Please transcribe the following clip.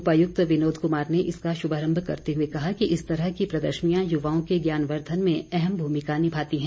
उपायुक्त विनोद कुमार ने इसका शुभारंभ करते हुए कहा कि इस तरह की प्रदर्शनियां युवाओं के ज्ञानवर्धन में अहम भूमिका निभाती हैं